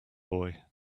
boy